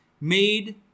made